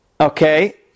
Okay